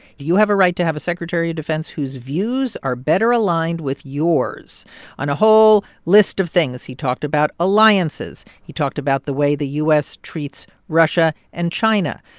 you have a right to have a secretary of defense whose views are better aligned with yours on a whole list of things he talked about alliances. he talked about the way the u s. treats russia and china.